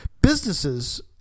businesses